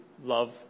love